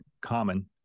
common